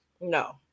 no